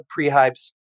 Prehype's